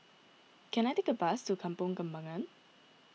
can I take a bus to Kampong Kembangan